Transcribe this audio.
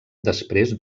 després